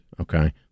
Okay